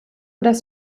dass